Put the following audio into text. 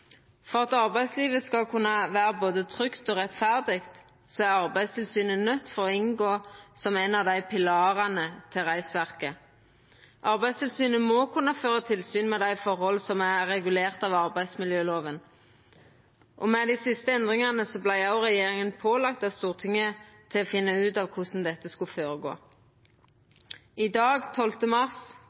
For at arbeidslivet skal kunna vera både trygt og rettferdig, må Arbeidstilsynet inngå som ein av pilarane til reisverket. Arbeidstilsynet må kunna føra tilsyn med dei forholda som er regulerte av arbeidsmiljøloven, og med dei siste endringane vart regjeringa òg pålagd av Stortinget å finna ut av korleis dette skulle gå føre seg. I dag, 12. mars